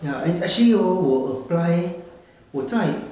ya eh actually hor 我 apply 我在